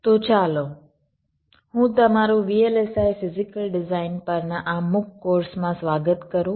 તો ચાલો હું તમારું VLSI ફિઝીકલ ડિઝાઈન પરના આ MOOC કોર્સમાં સ્વાગત કરું